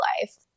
life